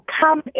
Come